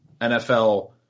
NFL